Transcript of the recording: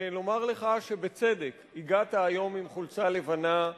ולומר לך שבצדק הגעת היום בחולצה לבנה,